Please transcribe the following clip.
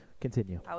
continue